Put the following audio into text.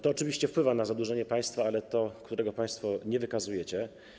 To oczywiście wpływa na zadłużenie państwa, ale na to, którego państwo nie wykazujecie.